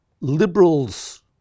liberals